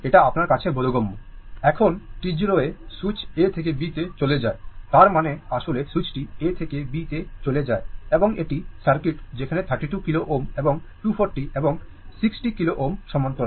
এখন t 0 এ switch A থেকে B তে চলে যায় তার মানে আসলে সুইচটি A থেকে B তে চলে যায় এবং এটি সার্কিট যেখানে 32 kilo Ω এবং 240 এবং 60 kilo Ω সমান্তরাল